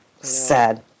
sad